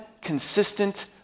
consistent